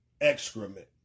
excrement